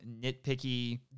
nitpicky